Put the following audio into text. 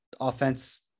offense